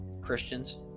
Christians